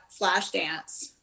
Flashdance